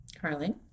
Carly